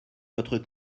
votre